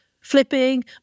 flipping